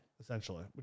Essentially